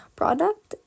product